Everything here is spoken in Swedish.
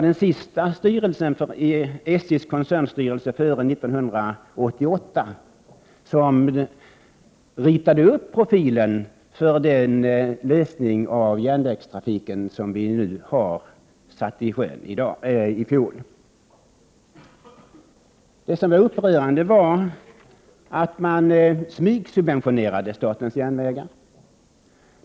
Den sista styrelsen för SJ-koncernen, som fanns fram till 1988, ritade upp profilen för de lösningar av järnvägstrafiken som vi satte i sjön i fjol. Det upprörande var att man smygsubventionerade statens järnvägar.